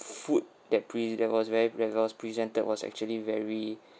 food that pre~ that was very that was presented was actually very